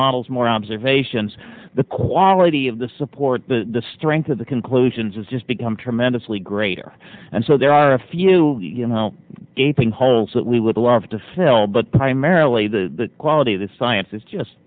models more observations the quality of the support the strength of the conclusions has just become tremendously greater and so there are a few you know gaping holes that we would love to fill but primarily the quality of the science is just